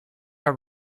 our